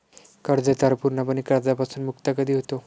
कर्जदार पूर्णपणे कर्जापासून मुक्त कधी होतो?